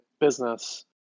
business